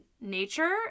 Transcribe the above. nature